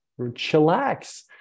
chillax